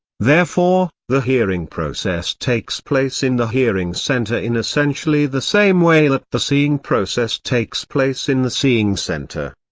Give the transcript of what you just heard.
therefore, the hearing process takes place in the hearing center in essentially the same way that the seeing process takes place in the seeing center.